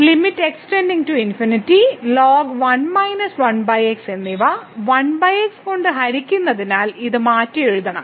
limit x ln 1 - 1x എന്നിവ 1 x കൊണ്ട് ഹരിക്കുന്നതിനാൽ ഇത് മാറ്റിയെഴുതണം